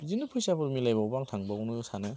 बिदिनो फैसाफोर मिलायबावबा आं थांबावनो सानो